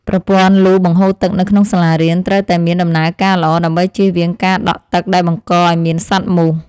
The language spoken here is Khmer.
ប្រព័ន្ធលូបង្ហូរទឹកនៅក្នុងសាលារៀនត្រូវតែមានដំណើរការល្អដើម្បីជៀសវាងការដក់ទឹកដែលបង្កឱ្យមានសត្វមូស។